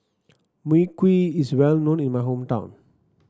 Mui Kee is well known in my hometown